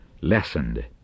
lessened